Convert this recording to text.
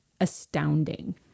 astounding